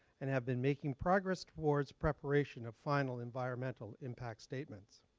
and have been making progress towards preparation of final environmental impact statements.